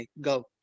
go